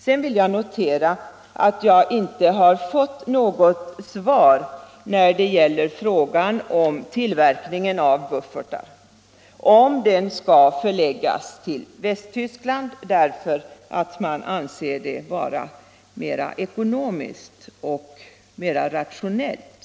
"Sedan vill jag notera att jag inte har fått något svar på frågan om den tillverkning av buffertar som skall förläggas till Västtyskland därför att man anser det vara mera ekonomiskt och mera rationellt.